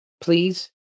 please